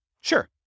Sure